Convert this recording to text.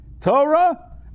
Torah